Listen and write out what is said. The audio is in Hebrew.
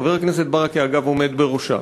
חבר הכנסת ברכה עומד בראשה,